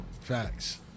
Facts